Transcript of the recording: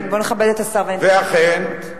ואכן,